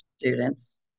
students